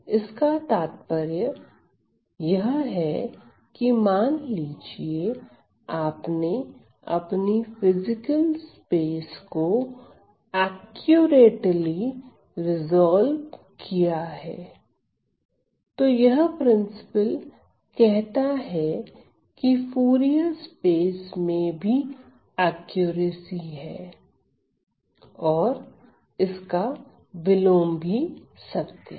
इसका तात्पर्य है कि मान लीजिए आपने अपनी फिजिकल स्पेस को एक्युरेटली रिजॉल्व किया है तो यह प्रिंसिपल कहता है कि फूरिये स्पेस में भी एक्यूरेसी है और इसका विलोम भी सत्य हैं